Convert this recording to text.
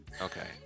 Okay